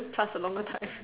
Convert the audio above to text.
uh pass a longer time